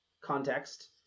context